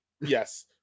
yes